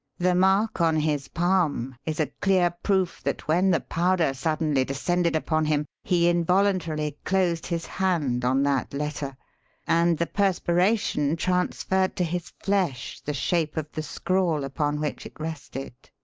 the mark on his palm is a clear proof that when the powder suddenly descended upon him he involuntarily closed his hand on that letter and the perspiration transferred to his flesh the shape of the scrawl upon which it rested.